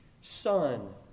Son